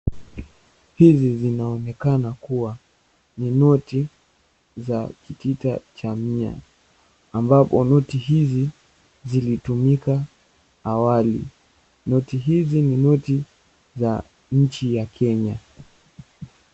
Hizi zinaonekana kuwa ni noti za kitita cha mia ambapo noti hizi zilitumika awali. Noti hizi ni noti za nchi ya Kenya.